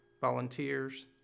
volunteers